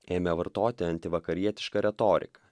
ėmė vartoti antivakarietišką retoriką